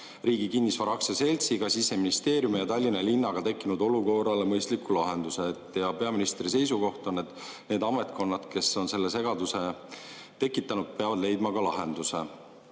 Riigi Kinnisvara AS-ga, Siseministeeriumi ja Tallinna linnaga tekkinud olukorrale mõistliku lahenduse. Peaministri seisukoht on, et need ametkonnad, kes on selle segaduse tekitanud, peavad leidma lahenduse.